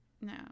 No